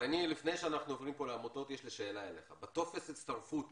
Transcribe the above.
לפני שאנחנו עוברים לעמותות יש לי שאלה אליך: בטופס ההצטרפות